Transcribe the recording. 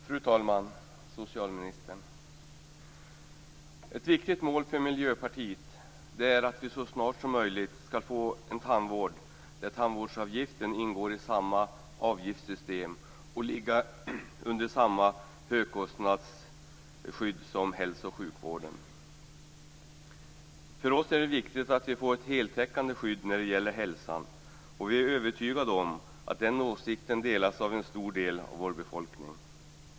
Fru talman! Fru socialminister! Ett viktigt mål för Miljöpartiet är att vi så snart som möjligt skall få en tandvård där tandvårdsavgiften ingår i samma avgiftssystem och ligger under samma högkostnadsskydd som hälso och sjukvården. För oss är det viktigt att vi får ett heltäckande skydd när det gäller hälsan, och vi är övertygade om att den åsikten delas av en stor del av vår befolkning.